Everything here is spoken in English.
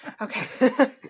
Okay